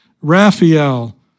Raphael